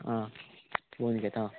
आं पळोवन घेता